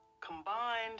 combined